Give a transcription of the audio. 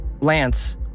Lance